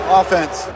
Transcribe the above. offense